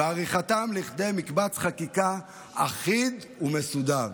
ועריכתם לכדי מקבץ חקיקה אחיד ומסודר.